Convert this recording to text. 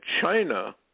China